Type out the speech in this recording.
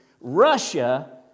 Russia